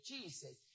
Jesus